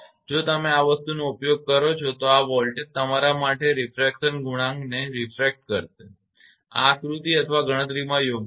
જો તમે આ વસ્તુનો ઉપયોગ કરો છો તો આ વોલ્ટેજ માટે તમારા રીફ્રેક્શન ગુણાંકને રીફ્રેક્ટ કરશે આ આકૃતિ અથવા ગણતરીમાં યોગ્ય નથી